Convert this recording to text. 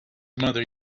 mother